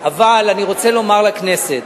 אבל אני רוצה לומר לכנסת: